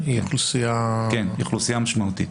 היא אוכלוסייה משמעותית.